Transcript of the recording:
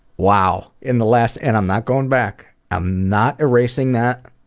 wow! in the last. and i'm not going back! i'm not erasing that!